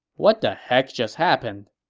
what the heck just happened?